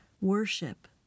worship